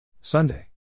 Sunday